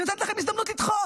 אני נותנת לכם הזדמנות לדחות.